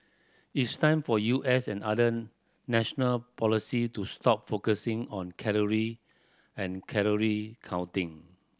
it's time for U S and other national policy to stop focusing on calorie and calorie counting